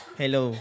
hello